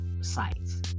sites